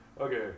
Okay